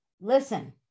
listen